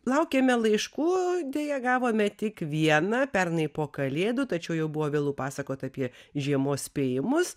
laukėme laiškų deja gavome tik vieną pernai po kalėdų tačiau jau buvo vėlu pasakot apie žiemos spėjimus